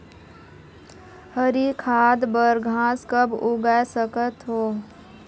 हरी खाद बर घास कब उगाय सकत हो?